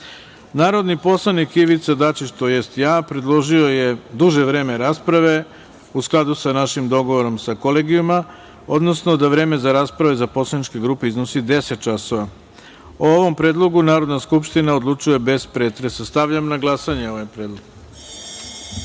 grupe. Narodni poslanik Ivica Dačić, tj. ja, predložio je duže vreme rasprave, u skladu sa našim dogovorom sa kolegijuma, odnosno da vreme za raspravu za poslaničke grupe iznosi 10 časova. O ovom predlogu Narodna skupština odlučuje bez pretresa. Stavljam na glasanje ovaj